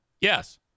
Yes